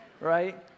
right